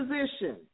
position